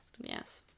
Yes